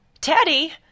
Teddy